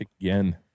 again